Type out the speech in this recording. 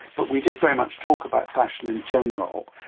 but we did very much talk about fashion in general.